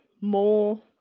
more